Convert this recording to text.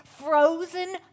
frozen